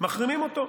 מחרימים אותו,